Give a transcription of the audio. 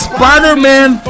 Spider-Man